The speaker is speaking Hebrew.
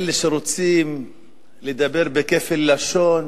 אלה שרוצים לדבר בכפל לשון,